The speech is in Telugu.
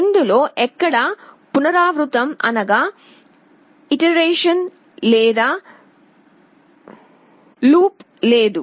ఇందులో ఎక్కడా పునరావృతం అనగా ఇటీరేషన్ లేదా లూప్ లేదు